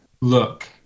look